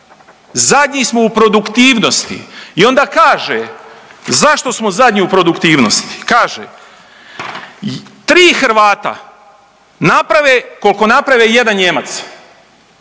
Zadnji smo u produktivnosti i onda kaže zašto smo zadnji u produktivnosti. Kaže 3 Hrvata naprave koliko napravi 1 Nijemac.